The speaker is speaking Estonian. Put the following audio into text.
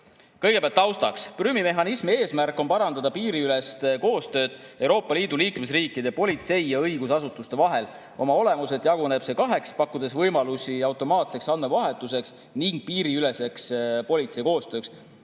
rohkem. Kõigepealt taustaks. Prümi mehhanismi eesmärk on parandada piiriülest koostööd Euroopa Liidu liikmesriikide politsei‑ ja õigusasutuste vahel. Oma olemuselt jaguneb see kaheks, pakkudes võimalusi automaatseks andmevahetuseks ning politsei piiriüleseks koostööks.